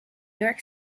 york